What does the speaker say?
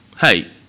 hey